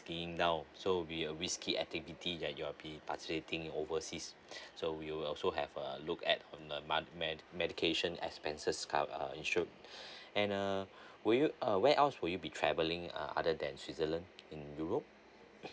skiing down so will be uh risky activity that you'll be participating overseas so we will also have a look at on the month med medication expenses cover uh insured and uh would you uh where else would you be travelling uh other than switzerland in europe